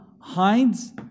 Hides